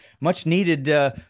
much-needed